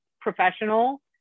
professional